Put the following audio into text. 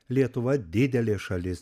lietuva didelė šalis